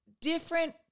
different